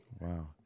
Wow